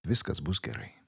viskas bus gerai